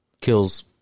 kills